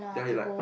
ya he like